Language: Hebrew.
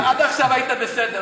עד עכשיו היית בסדר,